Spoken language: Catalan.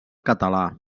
català